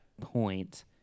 point